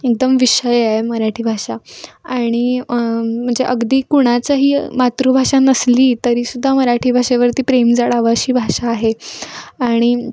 एकदम विषय आहे मराठी भाषा आणि म्हणजे अगदी कुणाचाही मातृभाषा नसली तरी सुद्धा मराठी भाषेवरती प्रेमजडावं अशी भाषा आहे आणि